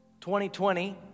2020